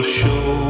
show